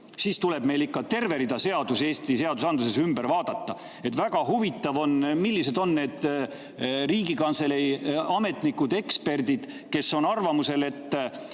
siis tuleb meil ikka terve rida seadusi Eesti seadusandluses ümber vaadata. Väga huvitav on, millised on need Riigikantselei ametnikud ja eksperdid, kes on arvamusel, et